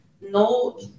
no